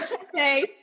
okay